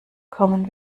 kommen